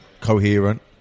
coherent